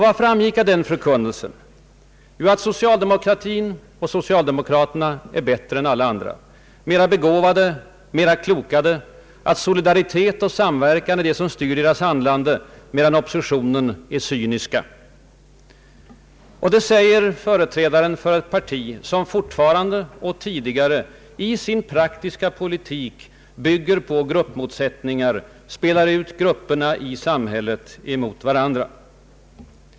Vad framgick av den förkunnelsen? Jo, att socialdemokratin och socialdemokraterna är bättre än alla andra, mera begåvade och klokare, samt att solidaritet och samverkan är det som styr deras handlande, medan oppositionen är cynisk. Detta säger alltså företrädaren för ett parti, som tidigare och fortfarande i sin praktiska politik bygger på motsättningar mellan människorna och spelar ut olika grupper i samhället mot varandra.